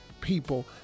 people